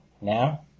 now